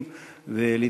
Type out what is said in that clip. חברי הכנסת,